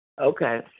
Okay